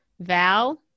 Val